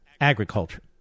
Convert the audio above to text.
agriculture